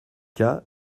cas